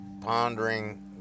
pondering